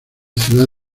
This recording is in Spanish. ciudad